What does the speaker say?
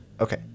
Okay